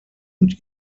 und